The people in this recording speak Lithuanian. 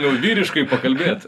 jau vyriškai pakalbėt